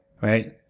right